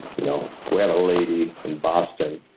you know we have a lady in boston,